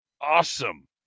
awesome